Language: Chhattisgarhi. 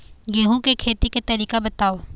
गेहूं के खेती के तरीका बताव?